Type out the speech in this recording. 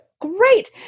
Great